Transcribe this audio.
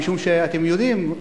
משום שאתם יודעים,